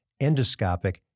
endoscopic